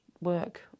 work